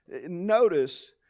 Notice